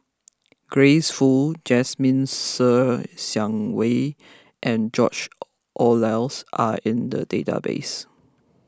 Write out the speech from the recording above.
Grace Fu Jasmine Ser Xiang Wei and George Oehlers are in the database